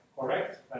correct